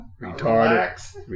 Relax